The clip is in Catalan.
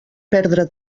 perdre